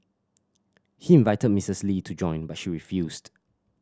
he invited Mistress Lee to join but she refused